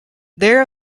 there